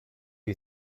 you